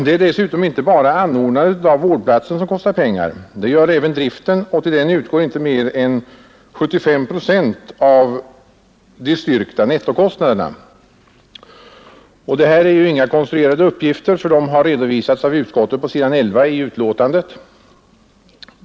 Det är dessutom inte bara anordnandet av vårdplatser som kostar pengar; det gör även driften, och till den utgår inte mer än 75 procent av de styrkta nettokostnaderna. Detta är inga konstruerade uppgifter, utan de har redovisats av utskottet på s. 11 i betänkandet.